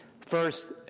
first